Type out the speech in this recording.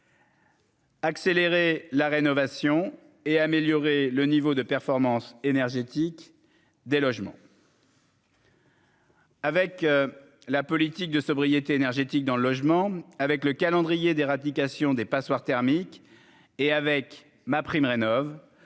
Accélérer la rénovation et améliorer le niveau de performance énergétique des logements. Avec la politique de sobriété énergétique dans le logement avec le calendrier d'éradication des passoires thermiques et avec MaPrimeRénov',